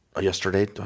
yesterday